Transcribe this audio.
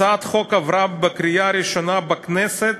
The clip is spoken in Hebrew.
הצעת החוק עברה בקריאה ראשונה בכנסת